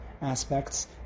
aspects